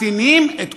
מקטינים את כוח-האדם,